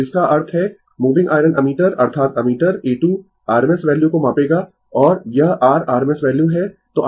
तो इसका अर्थ है मूविंग आयरन एमीटर अर्थात एमीटर A 2 RMS वैल्यू को मापेगा और यह r RMS वैल्यू है